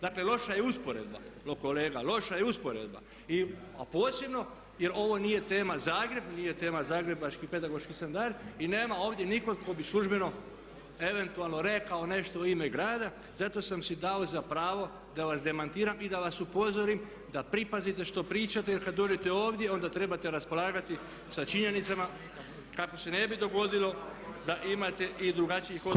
Dakle, loša je usporedba kolega, loša usporedba a posebno jer ovo nije tema Zagreb, nije tema zagrebački pedagoški standard i nema ovdje nikog tko bi službeno eventualno rekao nešto u ime grada zato sam si dao za pravo da vas demantiram i da vas upozorim da pripazite što pričate jer kad dođete ovdje onda trebate raspolagati sa činjenicama kako se ne bi dogodilo da imate i drugačijih odgovora.